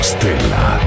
Stella